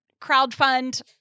crowdfund